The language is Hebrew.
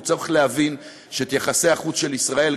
הוא צריך להבין שאת יחסי החוץ של ישראל,